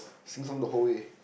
sing song the whole way